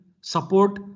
support